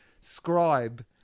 scribe